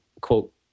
quote